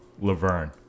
Laverne